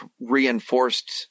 reinforced